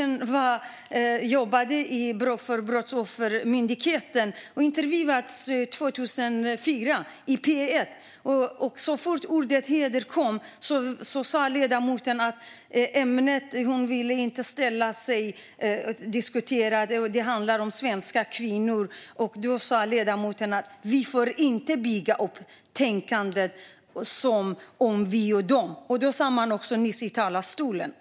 När hon jobbade på Brottsoffermyndigheten intervjuades hon i P1 2004, och så fort ordet "heder" kom upp sa hon att hon inte ville diskutera ämnet och att det handlade om svenska kvinnor. Hon sa: Vi får inte bygga upp ett tänkande om vi och dom. Så sa hon även nyss i talarstolen.